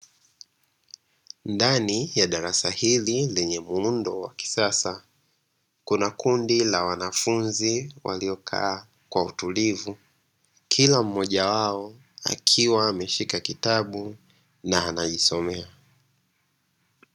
Ndani ya darasa hili lenye muundo wa kisasa kuna kundi la wanafunzi waliokaa kwa utulivu, kila mmoja wao akiwa ameshika kitabu na anajisomea.